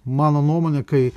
mano nuomone kai